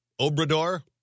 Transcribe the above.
Obrador